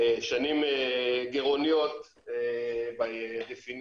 שנים גירעוניות בהגדרה,